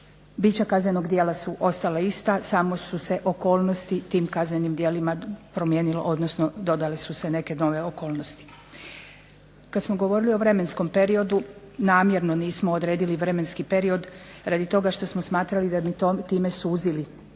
Bića kaznenog djela su ostala ista samo su se okolnosti tim kaznenim djelima promijenilo odnosno dodale su se neke nove okolnosti. Kada smo govorili o vremenskom periodu namjerno nismo odredili vremenski period radi toga što smo smatrali da bi time suzili